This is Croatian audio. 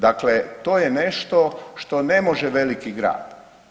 Dakle, to je nešto što ne može veliki grad.